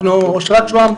אושרת שוהם,